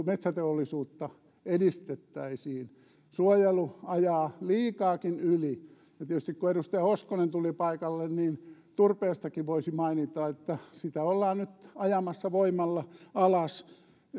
metsäteollisuutta edistettäisiin suojelu ajaa liikaakin yli tietysti kun edustaja hoskonen tuli paikalle turpeestakin voisi mainita että sitä ollaan nyt ajamassa voimalla alas